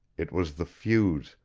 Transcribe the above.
it was the fuse,